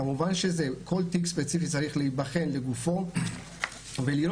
כמובן שכל תיק ספציפי צריך להיבחן לגופו ולראות